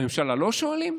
בממשלה לא שואלים?